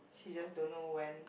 she just don't know when